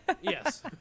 Yes